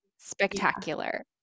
spectacular